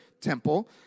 temple